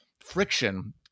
friction